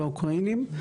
האוקראיניים.